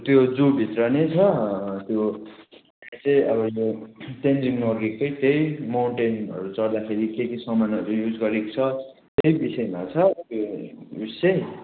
त्यो जू भित्र नै छ त्यो त्यो चाहिँ अब यो तेन्जिङ नोर्गेकै चाहिँ मोउनटेनहरू चड्दाखेरि के के सामानहरू युज गरेको चाहिँ विषयमा छ त्यो उयेस चाहिँ